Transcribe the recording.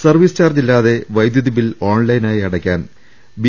service ചാർജില്ലാതെ വൈദ്യുതിബിൽ ഓൺലൈനായി അട യ്ക്കാൻ ബി